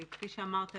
כפי שאמרת,